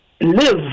live